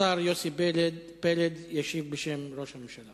השר יוסי פלד ישיב בשם ראש הממשלה